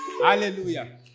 Hallelujah